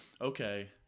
okay